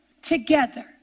Together